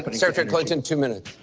but secretary clinton, two minutes.